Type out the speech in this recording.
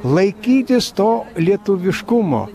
laikytis to lietuviškumo